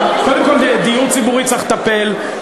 קודם כול, דיור ציבורי, צריך לטפל.